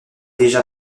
déjà